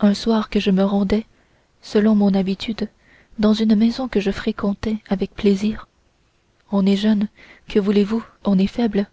un soir que je me rendais selon mon habitude dans une maison que je fréquentais avec plaisir on est jeune que voulez-vous on est faible